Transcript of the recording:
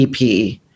EP